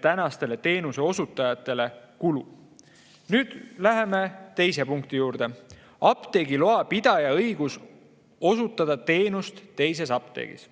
praegustele teenuseosutajatele kulu. Nüüd läheme teise punkti juurde: apteegiloa [hoidja] õigus osutada teenust teises apteegis.